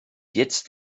jetzt